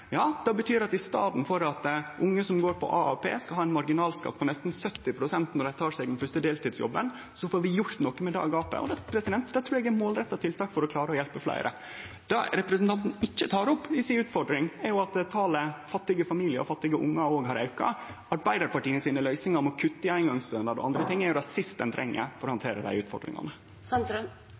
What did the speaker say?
som går på AAP, skal ha ein marginalskatt på nesten 70 pst. når dei tek sin første deltidsjobb, får vi gjort noko med det gapet. Det trur eg er eit målretta tiltak for å klare å hjelpe fleire. Det som representanten Sandtrøen ikkje tek opp i si utfordring, er at talet på fattige familiar og fattige ungar òg har auka. Løysingane til Arbeidarpartiet med å kutte i eingongsstønad og anna er det siste ein treng for å handtere dei utfordringane.